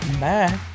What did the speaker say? Bye